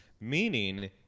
meaning